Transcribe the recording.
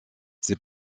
ces